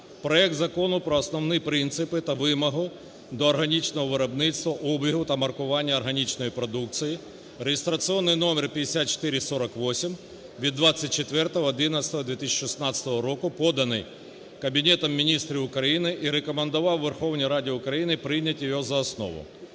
проект Закону про основні принципи та вимогу до органічного виробництва, обігу та маркування органічної продукції (реєстраційний номер 5448 від 24. 11.2016 року, поданий Кабінетом Міністрів України і рекомендував Верховній Раді України прийняти його за основу.